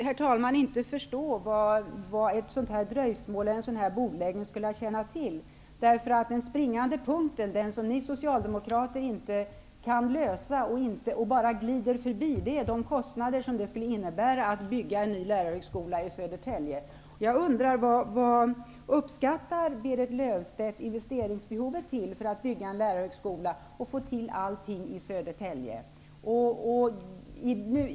Herr talman! Jag kan inte förstå vad ett dröjsmål och en bordläggning skulle tjäna till. Den springande punkten, som ni socialdemokrater inte kan lösa och bara glider förbi, är de kostnader som det skulle innebära att bygga en ny lärarhögskola i Jag undrar vad Berit Löfstedt uppskattar investeringsbehovet till för att bygga en lärarhögskola i Södertälje.